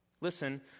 Listen